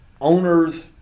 owners